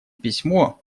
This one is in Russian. письмо